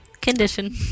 Condition